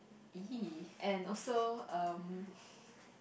!ee! and also um